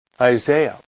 Isaiah